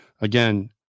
again